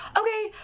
okay